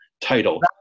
title